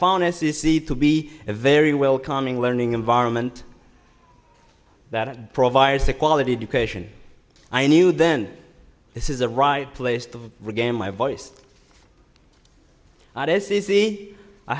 found s e c to be a very welcoming learning environment that provides a quality education i knew then this is the right place to regain my voice